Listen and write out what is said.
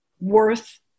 worth